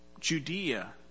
Judea